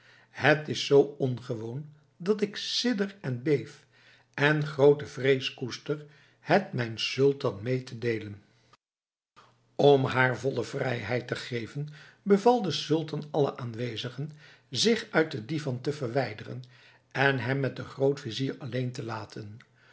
het is zoo ongewoon dat ik sidder en beef en groote vrees koester het mijn sultan mee te deelen om haar volle vrijheid te geven beval de sultan allen aanwezigen zich uit de divan te verwijderen en hem met den grootvizier alleen te laten